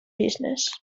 business